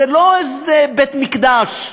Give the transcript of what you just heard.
זה לא איזה בית-מקדש,